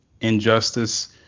injustice